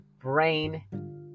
brain